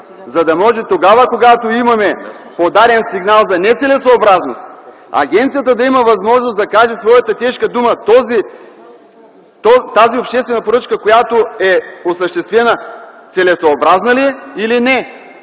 за да може когато имаме подаден сигнал за нецелесъобразност, агенцията да има възможност да каже своята тежка дума - тази обществена поръчка, която е осъществена, целесъобразна ли е или не.